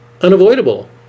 unavoidable